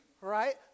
right